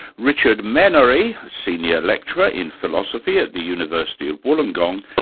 richard menary, senior lecturer in philosophy at the university of wollongong,